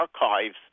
Archives